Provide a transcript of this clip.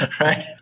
right